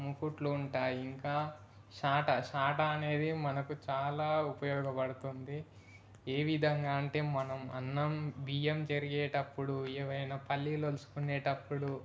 ముకుడులు ఉంటాయి ఇంకా చాట చాట అనేది మనకు చాలా ఉపయోగపడుతుంది ఏ విధంగా అంటే మనం అన్నం బియ్యం చెరిగేటప్పుడు ఏవైనా పల్లీలు వోల్చుకునేటప్పుడు